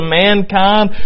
mankind